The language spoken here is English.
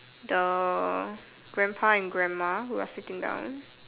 the grandpa and grandma who are sitting down